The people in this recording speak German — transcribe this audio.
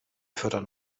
fördern